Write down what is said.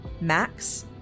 Max